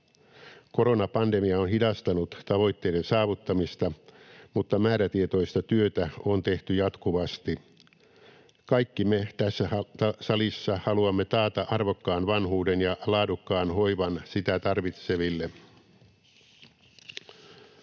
Koronapandemia on hidastanut tavoitteiden saavuttamista, mutta määrätietoista työtä on tehty jatkuvasti. Kaikki me tässä salissa haluamme taata arvokkaan vanhuuden ja laadukkaan hoivan sitä tarvitseville.